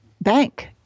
bank